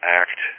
act